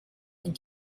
den